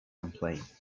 complained